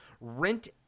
rent